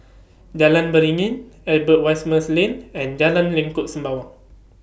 Jalan Beringin Albert Winsemius Lane and Jalan Lengkok Sembawang